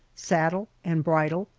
saddle, and bridle,